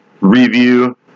review